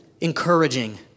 encouraging